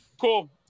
cool